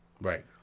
Right